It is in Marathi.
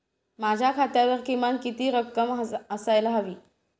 माझ्या खात्यावर किमान किती रक्कम असायला हवी?